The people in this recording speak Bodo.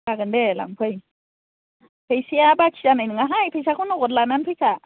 जागोन दे लांफै फैसाया बाखि जानाय नङाहाय फैसाखौ नोगोद लानानै फैखा